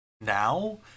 now